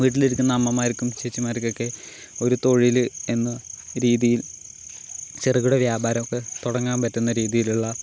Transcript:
വീട്ടിലിരിക്കുന്ന അമ്മമാർക്കും ചേച്ചിമാർക്കൊക്കെ ഒരു തൊഴിൽ എന്ന രീതിയിൽ ചെറുകിട വ്യാപാരമൊക്കെ തുടങ്ങാൻ പറ്റുന്ന രീതിയിലുള്ള